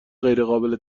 غیرقابل